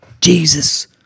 Jesus